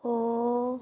ਹੋ